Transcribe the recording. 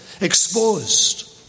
exposed